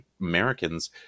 Americans